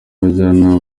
abajyanama